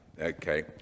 Okay